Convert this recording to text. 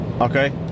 Okay